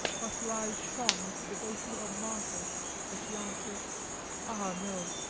but her eyes shone with the devotion of a martyr as she answered ah no!